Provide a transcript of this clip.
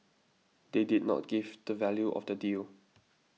they did not give the value of the deal